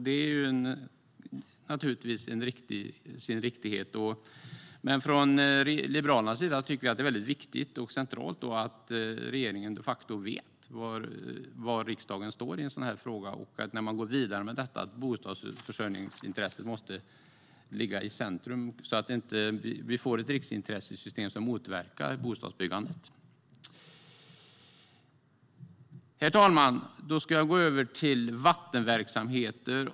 Det äger naturligtvis sin riktighet, men från Liberalernas sida tycker vi att det är väldigt viktigt och centralt att regeringen de facto vet var riksdagen står i en sådan här fråga och att bostadsförsörjningsintresset, när man går vidare med detta, måste stå i centrum så att vi inte får ett riksintressesystem som motverkar bostadsbyggandet. Herr talman! Då ska jag gå över till vattenverksamheter.